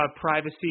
privacy